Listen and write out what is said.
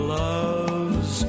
loves